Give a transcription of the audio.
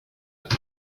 but